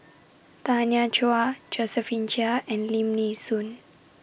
Tanya Chua Josephine Chia and Lim Nee Soon